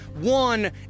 one